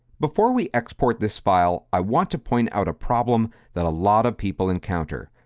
before we export this file, i want to point out a problem that a lot of people encounter.